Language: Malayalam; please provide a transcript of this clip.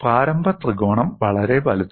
പ്രാരംഭ ത്രികോണം വളരെ വലുതാണ്